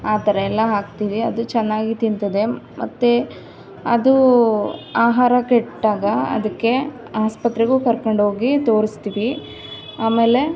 ಆ ಥರಯೆಲ್ಲ ಹಾಕ್ತೀವಿ ಅದು ಚೆನ್ನಾಗಿ ತಿಂತದೆ ಮತ್ತು ಅದೂ ಆಹಾರ ಕೆಟ್ಟಾಗ ಅದಕ್ಕೆ ಆಸ್ಪತ್ರೆಗೂ ಕರ್ಕೊಂಡೋಗಿ ತೋರಿಸ್ತೀವಿ ಆಮೇಲೆ